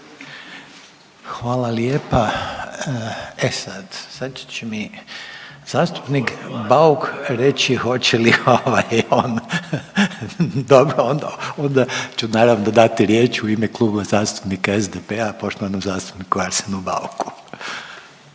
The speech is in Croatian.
Hvala lijepa. E sad, sad će mi zastupnik Bauk reći hoće li on dobro onda ću naravno dati riječ u ime Kluba zastupnika SDP-a poštovanom zastupniku Arsenu Bauku.